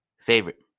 Favorite